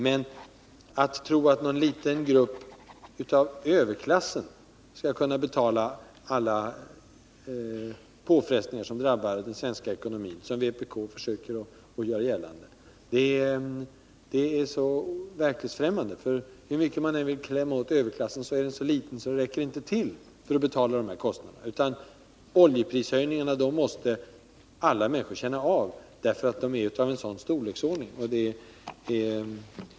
Men att tro att någon liten grupp — ”överklassen” — skall kunna betala alla påfrestningar som drabbar den svenska ekonomin, som vpk försöker göra gällande, är verklighetsfrämmande. Hur mycket man än vill klämma åt överklassen är den så liten att den inte räcker till för att betala de här kostnaderna. Oljeprishöjningarna måste alla människor känna av därför att de är av den storleken.